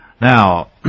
Now